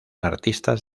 artistas